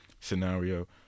scenario